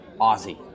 Aussie